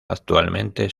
actualmente